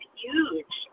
huge